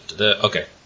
okay